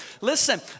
listen